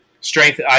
strength